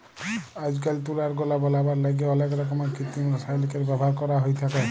আইজকাইল তুলার গলা বলাবার ল্যাইগে অলেক রকমের কিত্তিম রাসায়লিকের ব্যাভার ক্যরা হ্যঁয়ে থ্যাকে